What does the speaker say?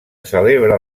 celebra